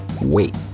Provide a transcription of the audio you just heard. wait